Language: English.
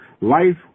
life